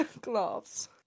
gloves